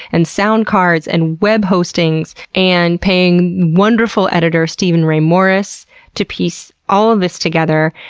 and sound cards, and web hostings, and paying wonderful editor steven ray morris to piece all of this together,